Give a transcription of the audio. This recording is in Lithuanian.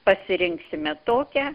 pasirinksime tokią